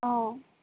অঁ